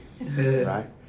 right